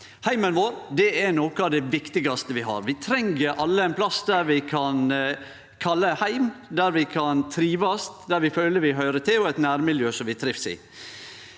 Heimen vår er noko av det viktigaste vi har. Vi treng alle ein plass som vi kan kalle heim, der vi kan trivast, der vi føler vi høyrer til, og har eit nærmiljø som vi trivst i.